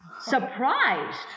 surprised